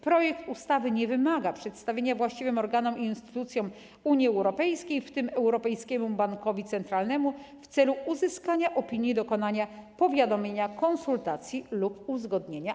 Projekt ustawy nie wymaga przedstawienia właściwym organom i instytucjom Unii Europejskiej, w tym Europejskiemu Bankowi Centralnemu, w celu uzyskania opinii, dokonania powiadomienia, konsultacji lub uzgodnienia.